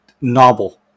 novel